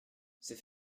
c’est